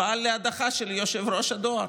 פעל להדחה של יושב-ראש הדואר